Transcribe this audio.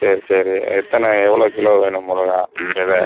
சரி சரி எத்தனை எவ்வளோ கிலோ வேணும் மிளகா வித